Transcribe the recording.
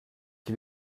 qui